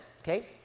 okay